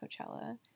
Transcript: Coachella